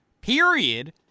period